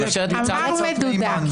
אמרת "מדודה".